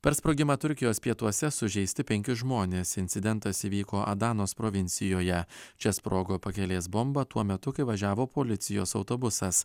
per sprogimą turkijos pietuose sužeisti penki žmonės incidentas įvyko adanos provincijoje čia sprogo pakelės bomba tuo metu kai važiavo policijos autobusas